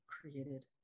created